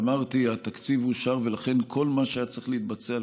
אמרתי: התקציב אושר ולכן כל מה שהיה צריך להתבצע על